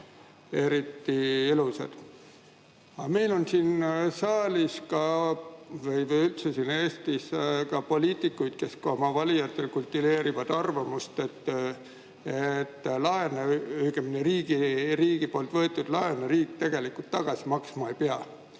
eriti ilusad. Aga meil on siin saalis või üldse Eestis poliitikuid, kes oma valijatele kultiveerivad arvamust, et laene, õigemini riigi võetud laene riik tegelikult tagasi maksma ei pea.